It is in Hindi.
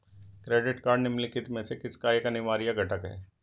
क्रेडिट कार्ड निम्नलिखित में से किसका एक अनिवार्य घटक है?